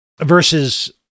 Versus